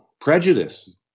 prejudice